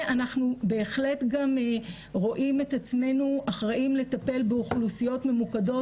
ואנחנו בהחלט גם רואים את עצמנו אחראים לטפל באוכלוסיות ממוקדות,